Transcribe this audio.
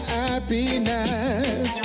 happiness